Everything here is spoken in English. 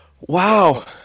Wow